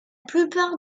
plupart